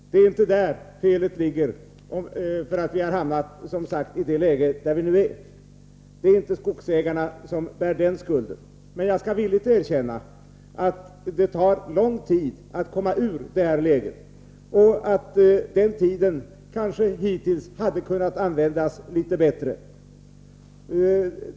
Det är inte där orsaken till att vi hamnat i nuvarande läge ligger. Det är inte skogsägarna som bär skulden. Jag skall dock villigt erkänna att det tar lång tid att komma ur det läget och att tiden hittills kanske kunde ha använts litet bättre.